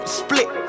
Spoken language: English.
split